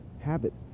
habits